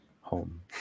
home